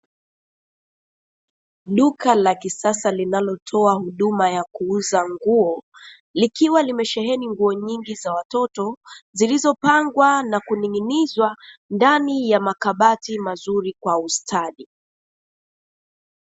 Duka la kisasa linalotoa huduma ya kuuza nguo, likiwa limesheheni nguo nyingi za watoto zilizopangwa na kuning'inizwa ndani ya makabati mazuri kwa ustadi.